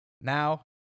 Now